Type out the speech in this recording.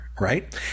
Right